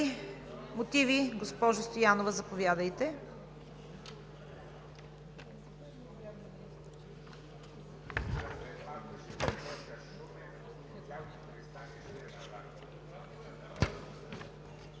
мотиви? Госпожо Стоянова, заповядайте.